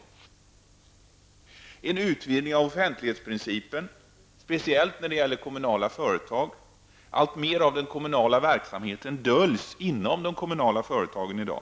Det krävs en utvidgning av offentlighetsprincipen, speciellt när det gäller kommunala företag. Alltmer av den kommunala verksamheten döljs inom de kommunala företagen i dag.